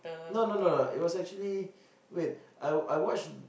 no no no it was actually wait I I watch